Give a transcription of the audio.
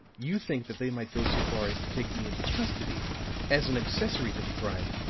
you think that they might go so far as to take me into custody as an accessory to the crime,